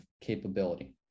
capability